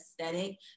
aesthetic